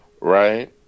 right